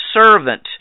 servant